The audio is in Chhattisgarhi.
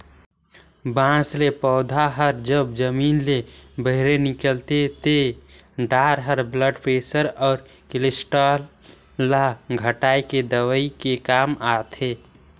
बांस ले पउधा हर जब जमीन ले बहिरे निकलथे ते डार हर ब्लड परेसर अउ केलोस्टाल ल घटाए के दवई के काम आथे